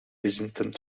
byzantine